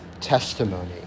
testimony